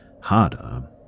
harder